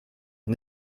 ist